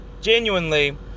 genuinely